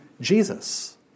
Jesus